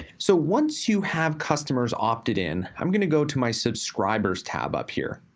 so once you have customers opted-in, i'm gonna go to my subscribers tab up here.